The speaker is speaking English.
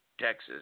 Texas